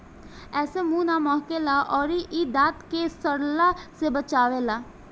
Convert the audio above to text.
एसे मुंह ना महके ला अउरी इ दांत के सड़ला से बचावेला